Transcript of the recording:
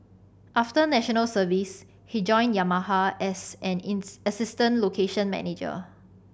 after National Service he joined Yamaha as an assistant location manager